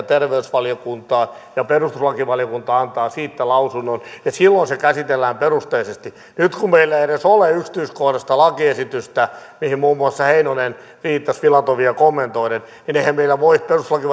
terveysvaliokuntaan ja perustuslakivaliokunta antaa siitä lausunnon ja silloin se käsitellään perusteellisesti nyt kun meillä ei edes ole yksityiskohtaista lakiesitystä mihin muun muassa heinonen viittasi filatovia kommentoiden eihän meillä voi